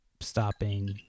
stopping